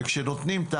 וכשנותנים,